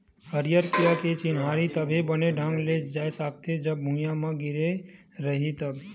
हरियर कीरा के चिन्हारी तभे बने ढंग ले जा सकथे, जब भूइयाँ म गिरे रइही तब